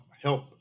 help